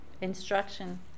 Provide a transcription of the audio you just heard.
Instruction